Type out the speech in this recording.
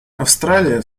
австралия